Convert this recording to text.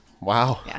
Wow